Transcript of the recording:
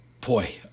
boy